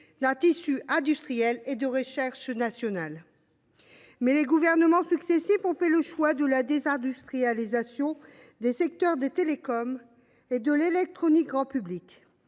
d’un tissu industriel et de recherche national. Mais les gouvernements successifs ont fait le choix de la désindustrialisation dans les secteurs des télécoms et de l’électronique grand public.